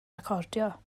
recordio